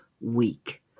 week